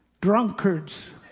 drunkards